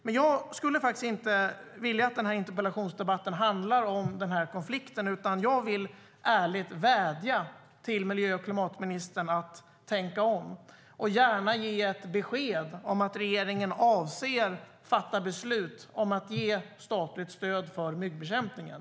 Men jag vill inte att interpellationsdebatten ska handla om den konflikten, utan jag vill ärligt vädja till miljö och klimatministern att tänka om och gärna ge beskedet att regeringen avser att fatta beslut om att ge statligt stöd till myggbekämpningen.